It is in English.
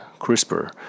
CRISPR